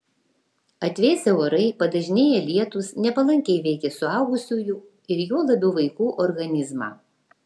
atvėsę orai padažnėję lietūs nepalankiai veikia suaugusiųjų ir juo labiau vaikų organizmą